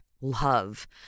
love